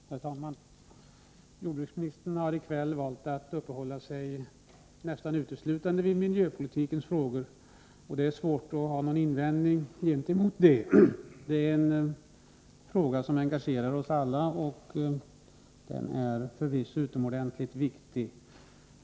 Herr talman! Jordbruksministern har i kväll valt att uppehålla sig nästan uteslutande vid miljöpolitikens frågor, och det är svårt att ha någon invändning gentemot det. Miljöpolitiken engagerar oss alla och är förvisso utomordentligt viktig.